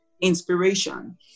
inspiration